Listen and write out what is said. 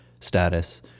status